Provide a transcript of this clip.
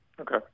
Okay